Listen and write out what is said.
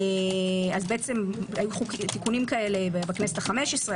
אז היו תיקונים כאלה בכנסות ה-15,